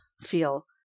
feel